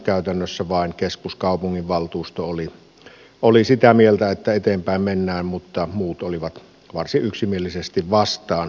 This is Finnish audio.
käytännössä vain keskuskaupungin valtuusto oli sitä mieltä että eteenpäin mennään mutta muut olivat varsin yksimielisesti vastaan